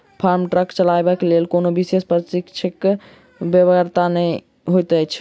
farm truck चलयबाक लेल कोनो विशेष प्रशिक्षणक बेगरता नै होइत छै